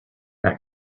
that